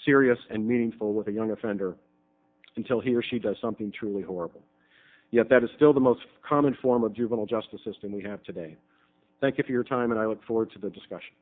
serious and meaningful with a young offender until he or she does something truly horrible yet that is still the most common form of juvenile justice system we have today thank you for your time and i look forward to the discussion